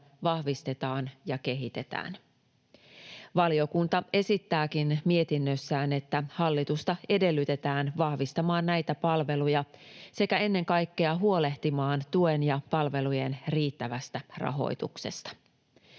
vahvistetaan ja kehitetään. Valiokunta esittääkin mietinnössään, että hallitusta edellytetään vahvistamaan näitä palveluja sekä ennen kaikkea huolehtimaan tuen ja palvelujen riittävästä rahoituksesta.